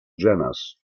ĝenas